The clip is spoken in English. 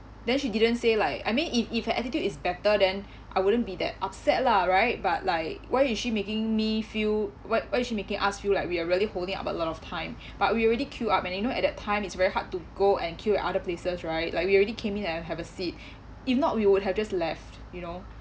then she didn't say like I mean if if her attitude is better then I wouldn't be that upset lah right but like why is she making me feel what why is should making us feel like we are really holding up a lot of time but we already queue up and you know at that time is very hard to go and queue at other places right like we already came in and have a seat if not we would have just left you know